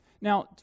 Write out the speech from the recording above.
Now